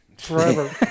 forever